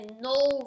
no